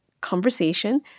Conversation